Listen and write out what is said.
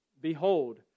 Behold